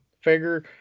figure